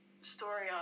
story